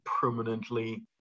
permanently